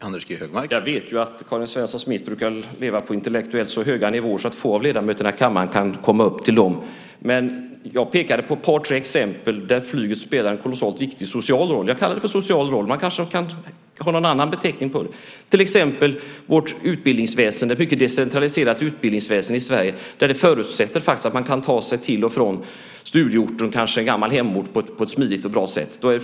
Herr talman! Jag vet ju att Karin Svensson Smith brukar leva på intellektuellt så höga nivåer att få av ledamöterna i kammaren kan komma upp till dem. Men jag pekade på ett par tre exempel där flyget spelar en kolossalt viktig social roll. Jag kallar det för social roll. Man kanske kan ha någon annan beteckning på det. Det handlar till exempel om vårt utbildningsväsende. Det är ett mycket decentraliserat utbildningsväsende i Sverige som förutsätter att man kan ta sig till studieorten, kanske från en gammal hemort, på ett smidigt och bra sätt.